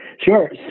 Sure